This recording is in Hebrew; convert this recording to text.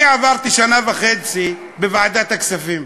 אני עברתי שנה וחצי בוועדת הכספים,